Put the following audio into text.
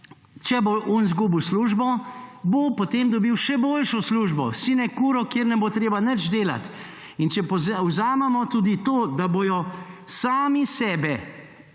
če bo tisti izgubil službo, bo potem dobil še boljšo službo: sinekuro, kjer ne bo treba nič delati. In če vzamemo tudi to, da bodo sami sebe